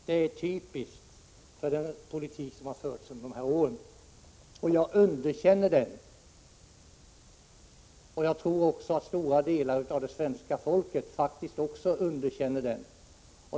Det är typiskt för den politik som har förts under de här åren. Jag underkänner den, och jag tror faktiskt att också en stor del av svenska folket underkänner den.